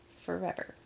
forever